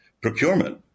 procurement